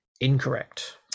Incorrect